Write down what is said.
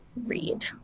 read